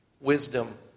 wisdom